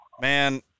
man